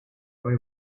boy